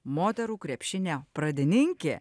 moterų krepšinio pradininkė